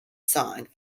song